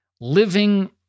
living